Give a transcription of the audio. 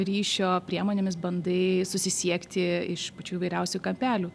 ryšio priemonėmis bandai susisiekti iš pačių įvairiausių kampelių